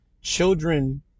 Children